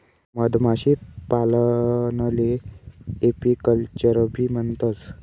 मधमाशीपालनले एपीकल्चरबी म्हणतंस